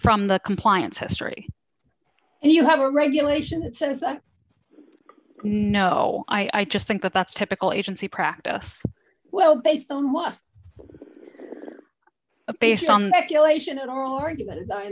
from the compliance history and you have a regulation that says that no i just think that that's typical agency practice well based on what based on